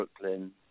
Brooklyn